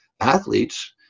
athletes